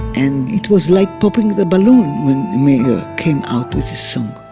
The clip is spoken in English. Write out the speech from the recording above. and it was like popping the balloon when meir came out with this song.